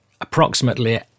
Approximately